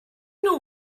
know